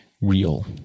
real